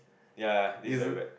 ya this is very weird